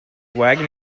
wagon